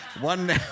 One